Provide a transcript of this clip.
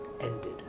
ended